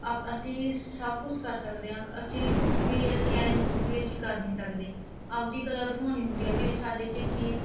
ਅਸੀਂ ਸਭ ਕੁਛ ਕਰ ਸਕਦੇ ਹਾਂ ਅਸੀਂ ਵੀ ਅਸੀਂ ਐਂ ਨਹੀਂ ਵੀ ਅਸੀਂ ਕਰ ਨਹੀਂ ਸਕਦੇ ਆਪਦੀ ਕਲਾ ਦਿਖਾਉਣੀ ਹੁੰਦੀ ਆ ਵੀ ਸਾਡੇ 'ਚ ਕੀ